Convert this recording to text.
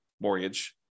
mortgage